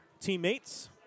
teammates